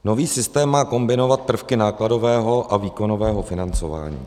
Nový systém má kombinovat prvky nákladového a výkonového financování.